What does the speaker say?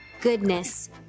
goodness